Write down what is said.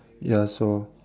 ya so